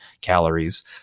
calories